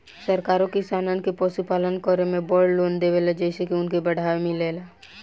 सरकारो किसानन के पशुपालन करे बड़ लोन देवेले जेइसे की उनके बढ़ावा मिलेला